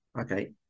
Okay